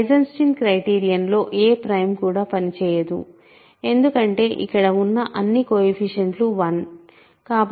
Eisenstein criterion లో ఏ prime కూడా పనిచేయదు ఎందుకంటే ఇక్కడ ఉన్న అన్ని కొయెఫిషియంట్లు 1